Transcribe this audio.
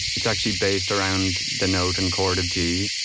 it's actually based around the note and chord of g.